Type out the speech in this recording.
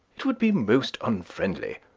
it would be most unfriendly.